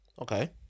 Okay